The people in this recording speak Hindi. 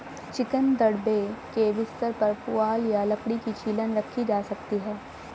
चिकन दड़बे के बिस्तर पर पुआल या लकड़ी की छीलन रखी जा सकती है